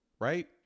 right